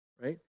right